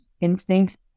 instincts